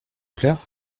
fleurs